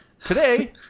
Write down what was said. Today